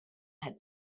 had